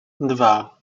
dwa